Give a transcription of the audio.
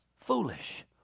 foolish